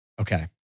Okay